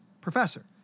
professor